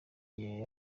igihe